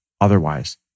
otherwise